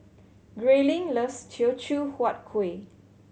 Grayling loves Teochew Huat Kuih